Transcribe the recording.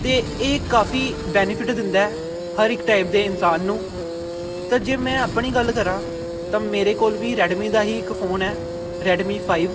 ਅਤੇ ਇਹ ਕਾਫੀ ਬੈਨੀਫਿਟ ਦਿੰਦਾ ਹਰ ਇੱਕ ਟਾਈਪ ਦੇ ਇਨਸਾਨ ਨੂੰ ਤਾਂ ਜੇ ਮੈਂ ਆਪਣੀ ਗੱਲ ਕਰਾਂ ਤਾਂ ਮੇਰੇ ਕੋਲ ਵੀ ਰੈਡਮੀ ਦਾ ਹੀ ਇੱਕ ਫੋਨ ਹੈ ਰੈਡਮੀ ਫਾਈਵ